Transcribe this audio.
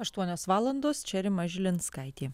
aštuonios valandos čia rima žilinskaitė